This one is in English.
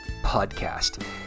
PODCAST